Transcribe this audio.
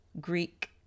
Greek